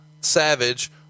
Savage